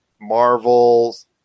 Marvel's